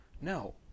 No